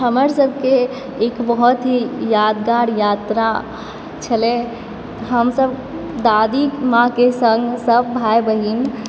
हमर सभके एक बहुत ही यादगार यात्रा छलय हमसभ दादीमाँके सङ्गसभ भाइ बहिन